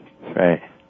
Right